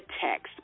text